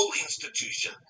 institution